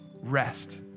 rest